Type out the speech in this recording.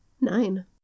Nine